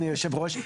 אדוני היושב-ראש,